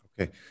Okay